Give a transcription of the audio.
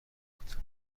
بود